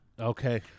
Okay